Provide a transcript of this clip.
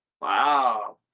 Wow